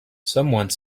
someone